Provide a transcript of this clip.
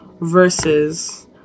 versus